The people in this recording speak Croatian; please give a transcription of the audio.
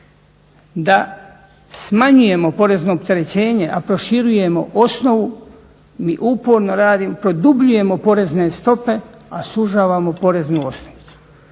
da smanjujemo porezno opterećenje i proširujemo osnovu, mi uporno radimo produbljujemo porezne stope, a sužavamo poreznu osnovicu.